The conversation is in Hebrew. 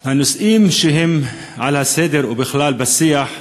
הנושאים שהם על סדר-היום, ובכלל בשיח,